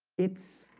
it's